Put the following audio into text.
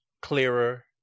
clearer